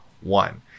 one